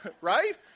Right